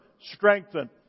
strengthen